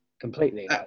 completely